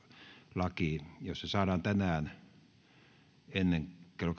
laki saadaan tänään ennen kello